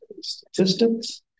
statistics